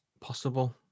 possible